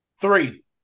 Three